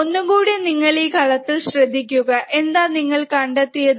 ഒന്നുകൂടി നിങ്ങൾ ഈ കളത്തിൽ ശ്രദ്ധിക്കുക എന്താ നിങ്ങൾ കണ്ടെത്തിയത്